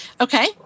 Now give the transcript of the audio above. Okay